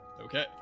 Okay